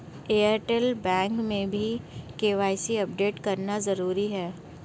Airtel bank में भी KYC update करना जरूरी है